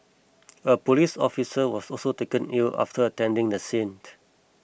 a police officer was also taken ill after attending the scene